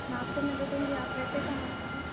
नाप तो मैं दे दूँगी आप रहते कहाँ पर हो